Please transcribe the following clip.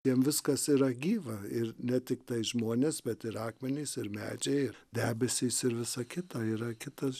jam viskas yra gyva ir ne tiktai žmonės bet ir akmenys ir medžiai ir debesys ir visa kita yra kitas